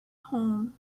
home